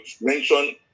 mention